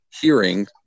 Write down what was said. hearing